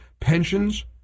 pensions